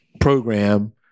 program